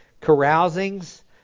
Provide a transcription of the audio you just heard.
carousings